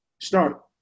start